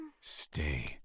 Stay